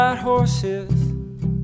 Horses